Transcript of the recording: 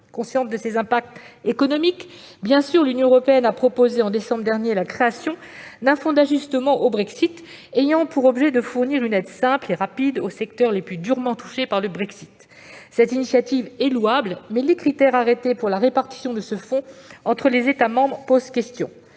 Consciente de ces impacts économiques, l'Union européenne a proposé, au mois de décembre dernier, la création d'un fonds d'ajustement au Brexit ayant pour objet de fournir une aide simple et rapide aux secteurs les plus durement touchés par le Brexit. Cette initiative est louable, mais les critères arrêtés pour la répartition de ce fonds entre les États membres posent question.